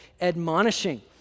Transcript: admonishing